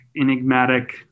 enigmatic